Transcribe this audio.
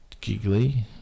Giggly